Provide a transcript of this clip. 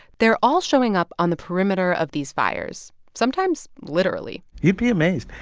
they're all showing up on the perimeter of these fires, sometimes literally you'd be amazed.